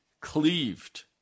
cleaved